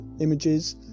images